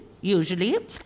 usually